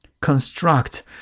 construct